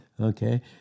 Okay